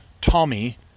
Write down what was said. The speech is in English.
Tommy